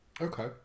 Okay